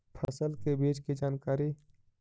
फसल के बीज की जानकारी?